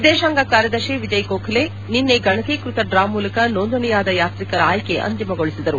ವಿದೇಶಾಂಗ ಕಾರ್ಯದರ್ಶಿ ವಿಜಯ್ ಗೋಖಲೆ ನಿನ್ನೆ ಗಣಕೀಕೃತ ಡ್ರಾ ಮೂಲಕ ನೋಂದಣೆಯಾದ ಯಾತ್ರಿಕರ ಆಯ್ಕೆ ಅಂತಿಮಗೊಳಿಸಿದರು